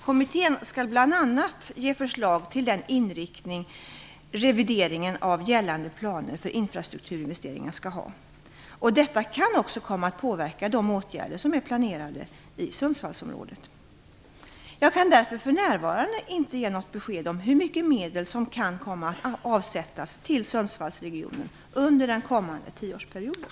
Kommittén skall bl.a. ge förslag till den inriktning revideringen av gällande planer för infrastrukturinvesteringarna skall ha, och detta kan också komma att påverka de åtgärder som är planerade i Sundsvallsområdet. Jag kan därför för närvarande inte ge något besked om hur mycket medel som kan komma att avsättas till Sundsvallsregionen under den kommande tioårsperioden.